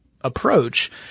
approach